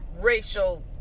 racial